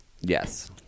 Yes